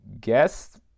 guess